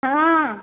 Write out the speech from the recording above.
ହଁ